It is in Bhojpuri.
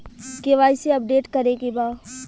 के.वाइ.सी अपडेट करे के बा?